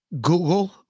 Google